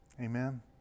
Amen